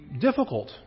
difficult